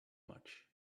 much